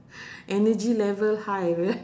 energy level high